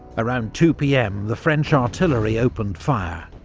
around two pm the french artillery opened fire.